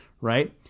right